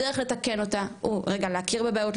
הדרך לתקן אותה היא רגע להכיר בבעיות,